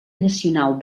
nacional